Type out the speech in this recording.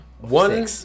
one